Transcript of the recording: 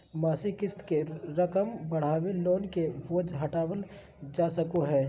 मासिक क़िस्त के रकम बढ़ाके लोन के बोझ घटावल जा सको हय